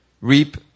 reap